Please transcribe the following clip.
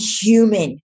human